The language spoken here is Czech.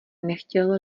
nechtěl